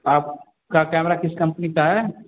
आपका कैमरा किस कम्पनी का है